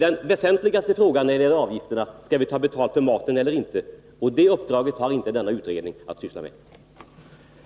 Den väsentligaste frågan när det gäller avgifterna är om vi skall ta betalt för maten eller inte, och den har inte denna utredning fått i uppdrag att syssla med.